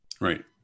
Right